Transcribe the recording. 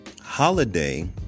holiday